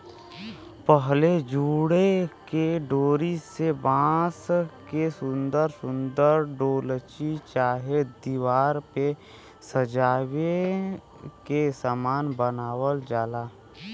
पहिले जूटे के डोरी से बाँध के सुन्दर सुन्दर डोलची चाहे दिवार पे सजाए के सामान बनावल जाला